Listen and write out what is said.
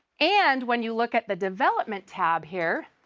and when you look at the development tab here,